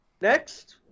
next